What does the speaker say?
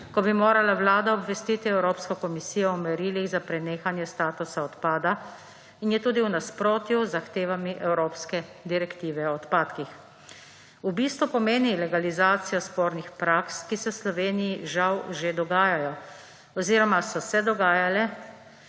ko bi morala Vlada obvestiti Evropsko komisijo o merilih za prenehanje statusa odpadka in je tudi v nasprotju z zahtevami evropske direktive o odpadkih. V bistvu pomeni legalizacijo spornih praks, ki se v Sloveniji žal že dogajajo oziroma so se dogajale